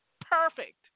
Perfect